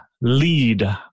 lead